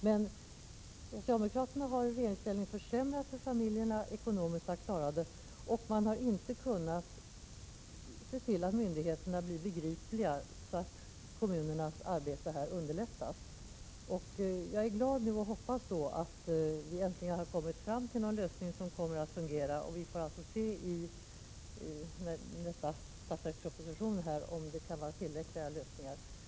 Men socialdemokraterna har i regeringsställning försämrat för de drabbade familjerna att klara detta ekonomiskt, och socialdemokraterna har inte kunnat se till att myndigheterna underlättat för kommunerna i deras arbete. Jag är glad nu och hoppas att vi äntligen har kommit fram till en lösning som kommer att fungera. Vi får således se om det i nästa budgetproposition föreslås tillräckliga lösningar.